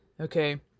Okay